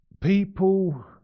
people